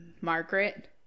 Margaret